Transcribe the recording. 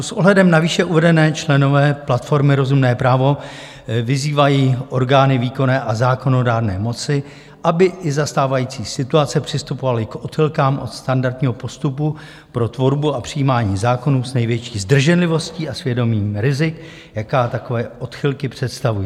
S ohledem na výše uvedené členové platformy Rozumné právo vyzývají orgány výkonné a zákonodárné moci, aby i za stávající situace přistupovali k odchylkám od standardního postupu pro tvorbu a přijímání zákonů s největší zdrženlivostí a s vědomím rizik, jaká takové odchylky představují.